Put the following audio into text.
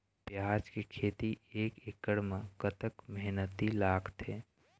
प्याज के खेती एक एकड़ म कतक मेहनती लागथे?